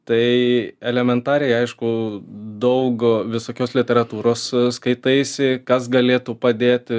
tai elementariai aišku daug visokios literatūros skaitaisi kas galėtų padėt